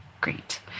Great